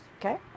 Okay